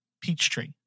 Peachtree